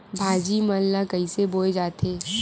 भाजी मन ला कइसे बोए जाथे?